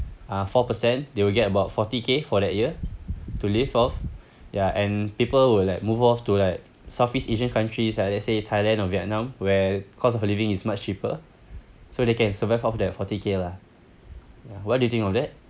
uh four percent they will get about forty K for that year to live off ya and people will like move on to like southeast asian countries like let's say thailand or vietnam where cost of living is much cheaper so they can survive off that forty K lah what do you think of that